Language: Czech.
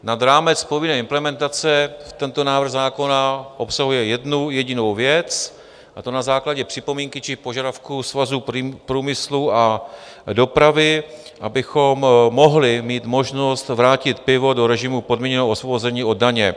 Nad rámec povinné implementace tento návrh zákona obsahuje jednu jedinou věc, a to na základě připomínky či požadavku Svazu průmyslu a dopravy, abychom mohli mít možnost vrátit pivo do režimu podmíněného osvobození od daně.